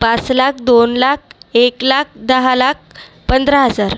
पाच लाख दोन लाख एक लाख दहा लाख पंधरा हजार